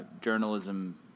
journalism